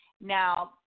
Now